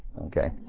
Okay